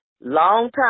Longtime